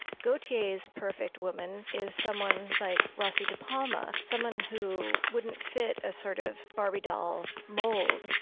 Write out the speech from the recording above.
gaultier's perfect woman is someone like rossy de palma. someone who wouldn't fit a sort of barbie doll mold.